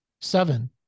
Seven